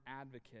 advocate